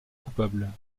coupable